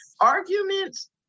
Arguments